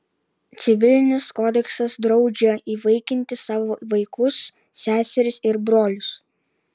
civilinis kodeksas draudžia įvaikinti savo vaikus seserys ir brolius